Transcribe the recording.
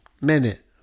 Minute